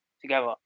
together